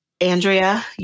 andrea